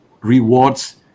rewards